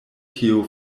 tio